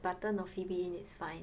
Button or Phoebe in it's fine